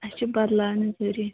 اسہِ چھ بدلاونہٕ ضروٗری